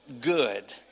good